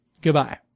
goodbye